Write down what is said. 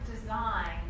design